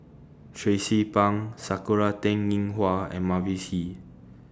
Tracie Pang Sakura Teng Ying Hua and Mavis Hee